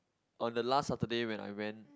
on the last Saturday when I went